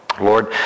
Lord